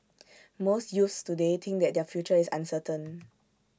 most youths today think that their future is uncertain